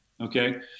Okay